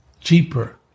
cheaper